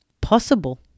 possible